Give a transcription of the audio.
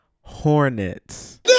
hornets